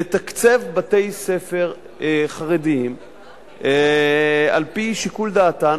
לתקצב בתי-ספר חרדיים על-פי שיקול דעתן,